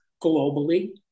globally